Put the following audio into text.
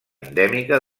endèmica